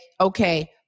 okay